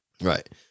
Right